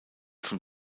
von